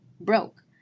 broke